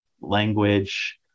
language